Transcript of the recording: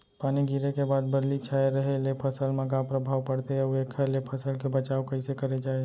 पानी गिरे के बाद बदली छाये रहे ले फसल मा का प्रभाव पड़थे अऊ एखर ले फसल के बचाव कइसे करे जाये?